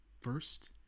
first